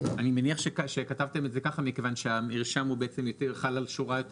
אני מניח שכתבתם את זה ככה מכיוון שהמרשם הוא חל על שורה יותר